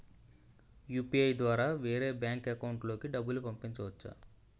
UPI ద్వారా వేరే bank account లోకి డబ్బులు పంపించవచ్చా?